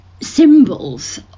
symbols